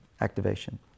activation